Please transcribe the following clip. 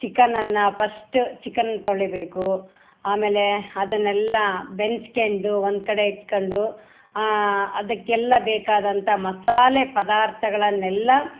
ಚಿಕನನ್ನು first chicken ತೊಳಿಬೇಕು ಆಮೇಲೇ ಅದನ್ನೆಲ್ಲ ಬೆಂದುಸ್ಕೊಂಡು ಒಂದು ಕಡೆ ಇಟ್ಕೊಂಡು ಅದಕ್ಕೆಲ್ಲ ಬೇಕಾದಂಥ ಮಸಾಲೆ ಪದಾರ್ಥಗಳನ್ನೆಲ್ಲ